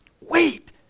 Wait